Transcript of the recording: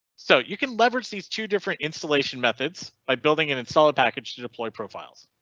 so you can leverage these two different installation methods by building an installer package to deploy profiles.